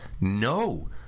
No